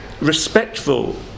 respectful